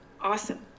Awesome